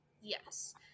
Yes